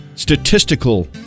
statistical